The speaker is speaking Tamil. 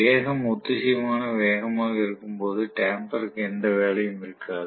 வேகம் ஒத்திசைவான வேகமாக இருக்கும்போது டம்பருக்கு எந்த வேலையும் இருக்காது